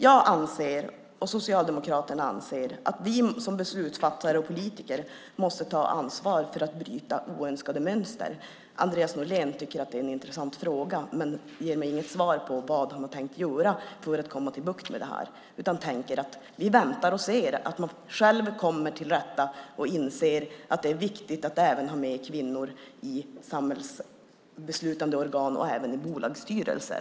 Jag och Socialdemokraterna anser att vi som beslutsfattare och politiker måste ta ansvar för att bryta oönskade mönster. Andreas Norlén tycker att det är en intressant fråga. Han ger dock inget svar på vad man har tänkt göra för att få bukt med den utan tänker att vi väntar och ser om de själva kommer till rätta med det här och inser att det är viktigt att ha med även kvinnor i samhällsbeslutande organ och även i bolagsstyrelser.